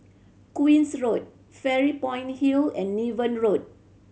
Queen's Road Fairy Point Hill and Niven Road